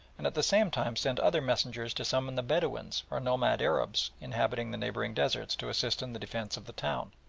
and at the same time sent other messengers to summon the bedouins, or nomad arabs, inhabiting the neighbouring deserts, to assist in the defence of the town.